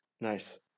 Nice